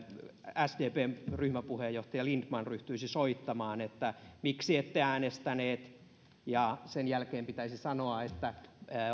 sdpn ryhmäpuheenjohtaja lindtman ryhtyisi soittamaan että miksi ette äänestäneet ja sen jälkeen pitäisi sanoa että